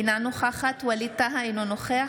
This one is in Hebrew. אינה נוכחת ווליד טאהא,